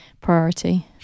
priority